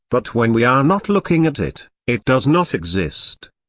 but when we are not looking at it, it does not exist.